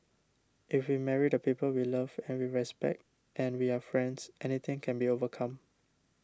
if we marry the people we love and we respect and we are friends anything can be overcome